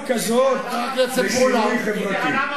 ערגה כזאת לשינוי חברתי.